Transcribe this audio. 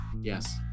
Yes